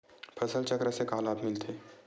फसल चक्र से का लाभ मिलथे?